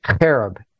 cherub